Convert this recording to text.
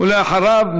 ולאחריו,